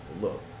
look